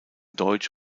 deutsch